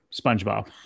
spongebob